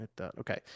okay